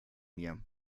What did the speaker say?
mir